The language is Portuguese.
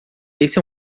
esse